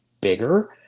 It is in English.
bigger